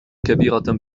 كبيرة